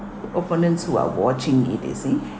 opponents who are watching it they see